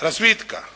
razvitka